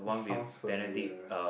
sounds familiar